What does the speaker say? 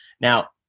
Now